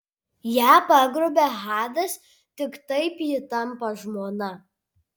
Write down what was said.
ją pagrobia hadas tik taip ji tampa žmona